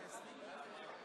ישראל,